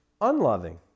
unloving